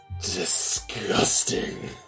disgusting